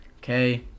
Okay